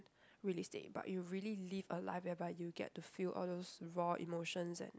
realistic but you really live a life whereby you get to feel all those raw emotions and